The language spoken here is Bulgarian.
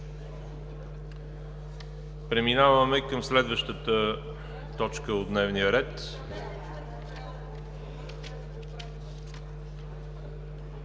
Преминаваме към следваща точка от дневния ред: